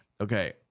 okay